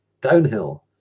downhill